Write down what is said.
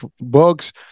books